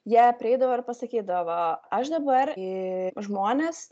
jie prieidavo ir pasakydavo aš dabar į žmones